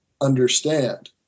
understand